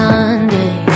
Sunday